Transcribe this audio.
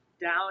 down